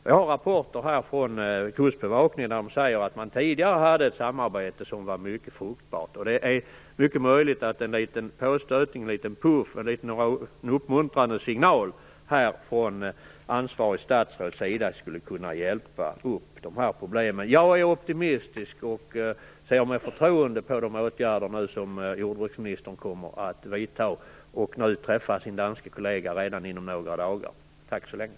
Jag har rapporter från Kustbevakningen där man säger att man tidigare hade ett samarbete som var mycket fruktbart, och det är mycket möjligt att en liten påstötning, en liten puff och en uppmuntrande signal från det ansvariga statsrådet skulle kunna hjälpa upp problemen. Jag är optimistisk och ser med förtroende på de åtgärder som jordbruksministern kommer att vidta och över att hon kommer att träffa sin danske kollega redan inom några dagar. Tack så länge!